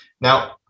now